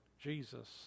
Jesus